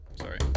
Sorry